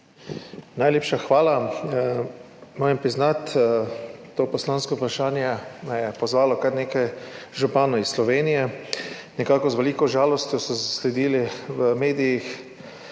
Najlepša hvala. Moram priznati, za to poslansko vprašanje me je pozvalo kar nekaj županov iz Slovenije. Z veliko žalostjo so zasledili v medijih,